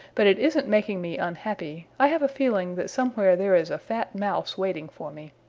but it isn't making me unhappy. i have a feeling that somewhere there is a fat mouse waiting for me.